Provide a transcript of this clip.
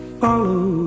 follow